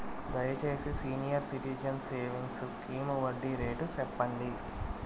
దయచేసి senior citizens savings scheme వడ్డీ rate సెప్పండి